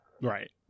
Right